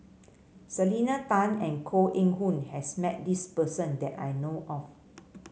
Selena Tan and Koh Eng Hoon has met this person that I know of